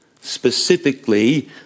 specifically